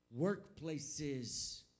workplaces